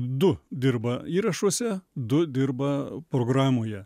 du dirba įrašuose du dirba programoje